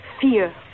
Fear